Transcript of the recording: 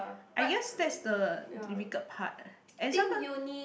I guess that's the difficult part and sometimes